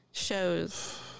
Shows